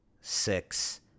six